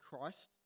Christ